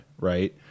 right